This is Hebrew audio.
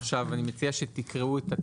אני מציע שתקראו את התיקונים.